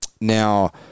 Now